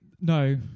No